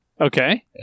Okay